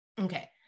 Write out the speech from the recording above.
okay